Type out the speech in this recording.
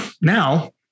now